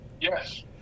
Yes